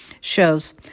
shows